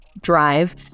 drive